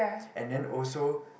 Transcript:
and then also